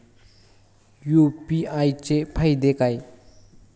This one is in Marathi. यु.पी.आय चे फायदे काय?